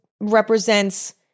represents